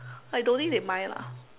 I don't think they mind lah